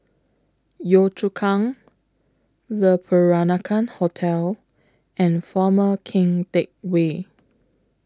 Yio Chu Kang Le Peranakan Hotel and Former Keng Teck Whay